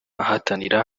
ahatanira